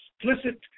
explicit